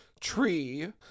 tree